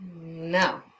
No